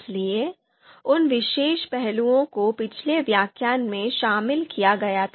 इसलिए उन विशेष पहलुओं को पिछले व्याख्यान में शामिल किया गया था